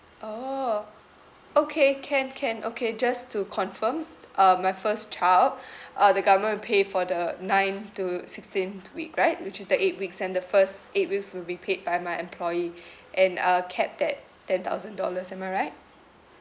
orh okay can can okay just to confirm uh my first child uh the government will pay for the ninth to sixteenth week right which is the eight weeks and the first eight weeks will be paid by my employer and uh capped at ten thousand dollars am I right